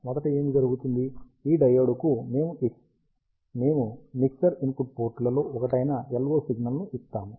మొదట ఏమి జరుగుతుంది ఈ డయోడ్కు మేము మిక్సర్ ఇన్పుట్ పోర్ట్లలో ఒకటైన LO సిగ్నల్ను ఇస్తాము